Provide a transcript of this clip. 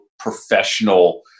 professional